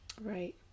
right